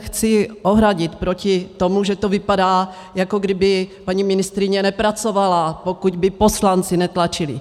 Chci se ohradit proti tomu, že to vypadá, jako kdyby paní ministryně nepracovala, pokud by poslanci netlačili.